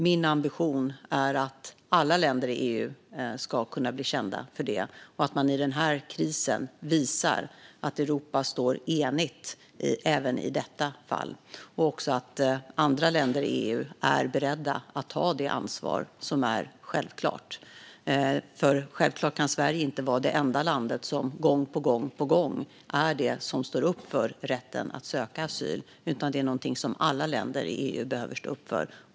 Min ambition är att alla länder i EU ska kunna bli kända för det och att man i den här krisen visar att Europa står enigt även i detta fall och att också andra länder i EU är beredda att ta det ansvar som är självklart. Självklart kan Sverige inte gång på gång vara det enda landet som står upp för rätten att söka asyl, utan den rätten behöver alla länder i EU stå upp för.